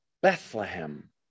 Bethlehem